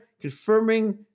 confirming